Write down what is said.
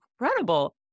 incredible